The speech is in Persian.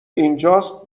اینجاست